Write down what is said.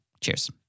Cheers